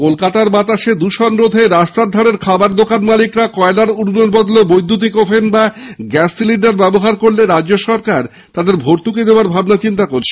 কলকাতা শহরে বাতাসে দৃষণ রোধে রাস্তার ধারের খাবার দোকান মালিকরা কয়লার উনুনের বদলে বৈদ্যুতিন ওভেন বা গ্যাস সিলিন্ডার ব্যবহার করলে রাজ্য সরকার তাদের ভর্তুকি দেবার ভাবনা চিন্তা করছে